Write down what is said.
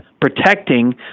protecting